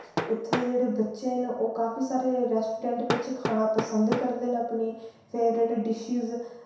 उत्थै जेह्ड़े बच्चे न ओह् काफी सारे रेस्टोरैंट बिच खाना पसंद करदे न अपनी फेवरेट डिशेज